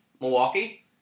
Milwaukee